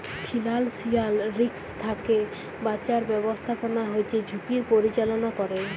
financial risk থ্যাকে বাঁচার ব্যাবস্থাপনা হচ্যে ঝুঁকির পরিচাললা ক্যরে